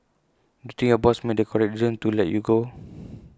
think your boss made the correct decision to let you go